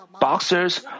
boxers